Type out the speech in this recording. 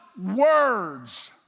words